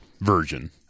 version